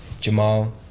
Jamal